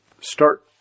start